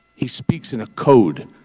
he speaks in a code.